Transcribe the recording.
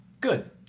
Good